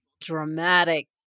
dramatic